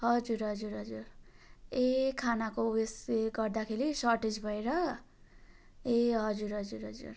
हजुर हजुर हजुर ए खानाको उयसले गर्दाखेरि सर्टेज भएर ए हजुर हजुर हजुर